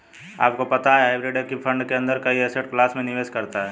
आपको पता है हाइब्रिड एक ही फंड के अंदर कई एसेट क्लास में निवेश करता है?